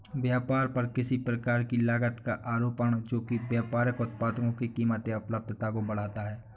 व्यापार पर किसी प्रकार की लागत का आरोपण जो कि व्यापारिक उत्पादों की कीमत या उपलब्धता को बढ़ाता है